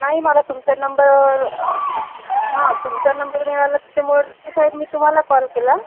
नाही मला तुमचा नंबर हा तुमचा नंबर मिळाला त्याच्यामुळे डॉक्टर साहेब मी तुम्हाला कॉल केला